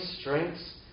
strengths